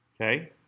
okay